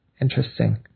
Interesting